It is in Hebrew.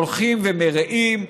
הולכים ומרעים,